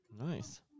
Nice